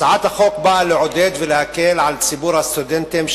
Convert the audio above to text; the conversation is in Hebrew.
הצעת החוק באה לעודד ולהקל על ציבור הסטודנטים,